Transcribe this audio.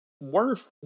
worth